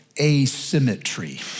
asymmetry